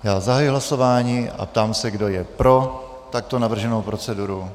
Já zahajuji hlasování a ptám se, kdo je pro takto navrženou proceduru.